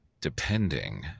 depending